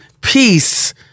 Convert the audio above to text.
peace